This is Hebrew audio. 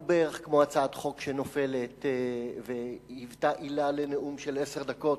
הוא בערך כמו הצעת חוק שנופלת והיוותה עילה לנאום של עשר דקות.